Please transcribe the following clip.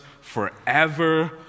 forever